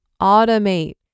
automate